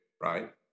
right